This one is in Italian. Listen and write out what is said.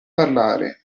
parlare